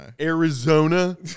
Arizona